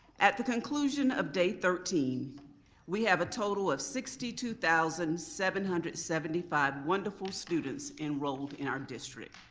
at the conclusion of day thirteen we have a total of sixty two thousand seven hundred and seventy five wonderful students enrolled in our district.